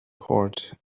poured